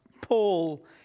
paul